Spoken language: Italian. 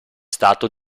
stato